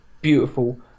beautiful